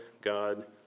God